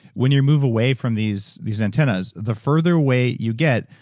when you move away from these these antennas, the further away you get,